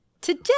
Today